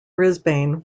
brisbane